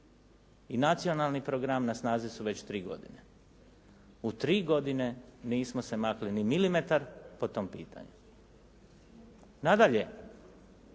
i nacionalni program na snazi su već 3 godine. U 3 godine nismo se makli ni milimetar po tom pitanju. Nadalje